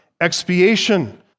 Expiation